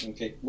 Okay